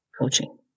coaching